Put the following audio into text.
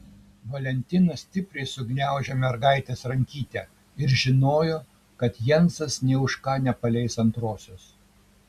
valentina stipriai sugniaužė mergaitės rankytę ir žinojo kad jensas nė už ką nepaleis antrosios